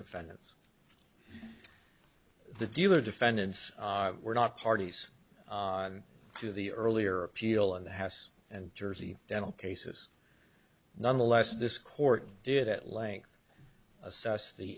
defendants the dealer defendants were not parties to the earlier appeal in the house and jersey dental cases nonetheless this court did at length assess the